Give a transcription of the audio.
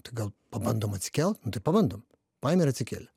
tai gal pabandom atsikelt nu tai pabandom paimi ir atsikeli